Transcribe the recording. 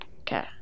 Okay